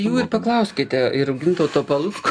jų ir paklauskite ir gintauto palucko